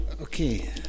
Okay